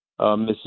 Mrs